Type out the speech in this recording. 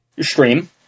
stream